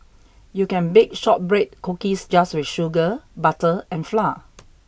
you can bake shortbread cookies just with sugar butter and flour